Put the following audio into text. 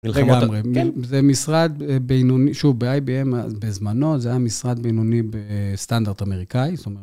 רגע, זה משרד בינוני, שוב, ב-IBM בזמנו זה היה משרד בינוני בסטנדרט אמריקאי, זאת אומרת